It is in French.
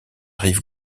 rive